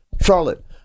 charlotte